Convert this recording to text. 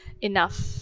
enough